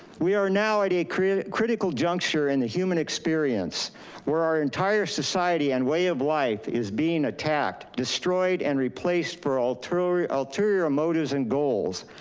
we are now at a critical juncture in the human experience where our entire society and way of life is being attacked, destroyed, and replaced for ulterior ulterior motives and goals.